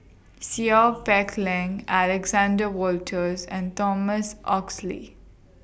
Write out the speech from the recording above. Seow Peck Leng Alexander Wolters and Thomas Oxley